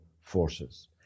forces